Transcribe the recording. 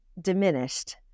diminished